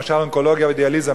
למשל אונקולוגיה ודיאליזה,